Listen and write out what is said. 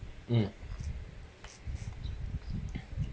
um